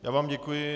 Já vám děkuji.